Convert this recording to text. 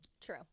True